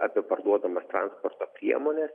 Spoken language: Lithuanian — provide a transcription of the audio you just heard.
apie parduodamas transporto priemones